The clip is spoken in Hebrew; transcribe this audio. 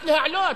רק להעלות,